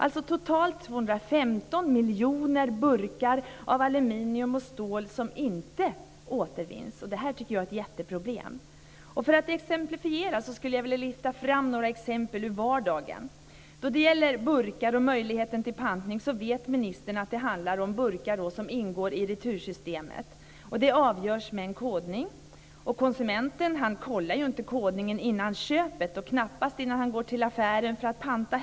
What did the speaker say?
Totalt är det 215 miljoner burkar av aluminium och stål som inte återvinns. Det är ett jätteproblem. Jag skulle vilja lyfta fram några exempel ur vardagen. Då det gäller burkar och möjlighet till pantning vet ministern att det handlar om de burkar som ingår i retursystemet. Det avgörs med en kodning. Konsumenten kontrollerar inte kodningen innan köpet och knappast innan han går till affären för att panta.